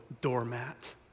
doormat